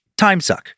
timesuck